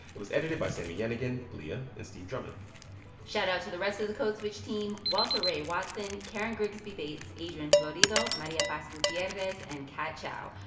it was edited by sami yenigun, leah, and steve drummond shoutout to the rest of the code switch team walter ray watson, karen grigsby bates, adrian florido, maria paz gutierrez and kat chow.